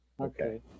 Okay